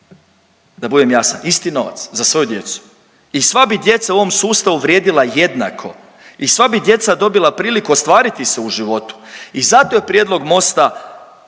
da budem jasan, isti novac za svoju djecu i sva bi djeca u ovom sustavu vrijedila jednako i sva bi djeca dobila priliku ostvariti se u životu i zato je prijedlog Mosta